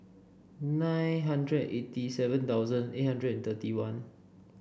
nine hundred eighty seven thousand eight hundred and thirty one